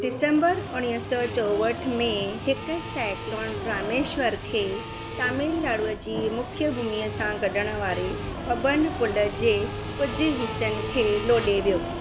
डिसंबर उणिवीह सौ चौहट में हिकु साइक्लोन रामेश्वरम खे तमिलनाडुअ जी मुख्य भूमिअ सां ॻंढण वारे पंबन पुल जे कुझु हिसनि खे लोढे वियो